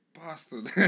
Bastard